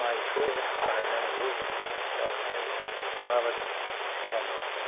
मायथ' हाहैनांगौ बेवहाय माबादि खालामनांगौ